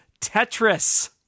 Tetris